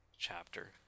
chapter